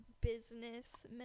business